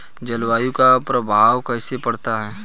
जलवायु का प्रभाव कैसे पड़ता है?